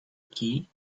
key